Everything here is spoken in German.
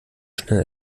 schnell